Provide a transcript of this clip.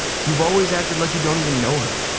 you've always acted like you don't even know her.